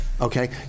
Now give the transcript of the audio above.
Okay